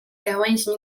gałęźmi